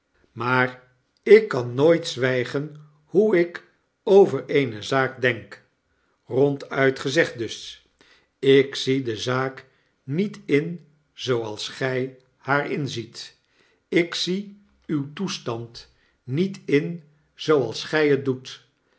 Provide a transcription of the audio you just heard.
maar ik kan nooit zwggen hoe ik over eene zaak denk ronduit gezegd dus ik zie de zaak niet in zooals gg haar inziet ik zie uw toestand niet in zooals gg het doet